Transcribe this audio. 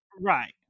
right